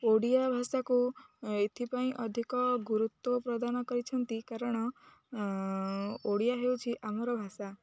ଓଡ଼ିଆ ଭାଷାକୁ ଏଥିପାଇଁ ଅଧିକ ଗୁରୁତ୍ୱ ପ୍ରଦାନ କରିଛନ୍ତି କାରଣ ଓଡ଼ିଆ ହେଉଛି ଆମର ଭାଷା